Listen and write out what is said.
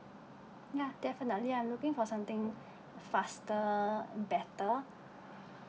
ya definitely I'm looking for something faster better